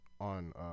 on